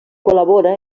col·labora